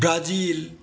Brazil